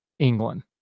England